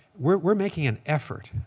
we're making an effort,